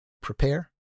prepare